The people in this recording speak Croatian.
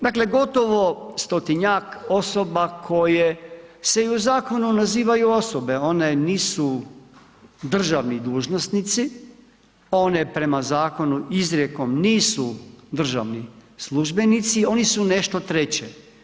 Dakle gotovo 100-tinjak osoba koje se i u zakonu nazivaju osobe, one nisu državni dužnosnici, one prema zakonu izrijekom nisu državni službenici, oni su nešto treće.